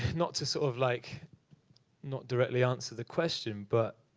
not to sort of like not directly answer the question, but